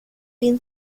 been